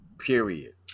Period